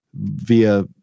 via